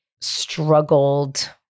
struggled